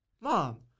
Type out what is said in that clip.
mom